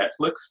Netflix